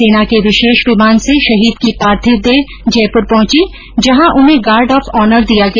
सेना के विशेष विमान से शहीद की पार्थिव देह जयपुर पहुंची जहां उन्हें गार्ड ऑफ ऑनर देया गया